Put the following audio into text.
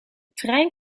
trein